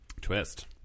Twist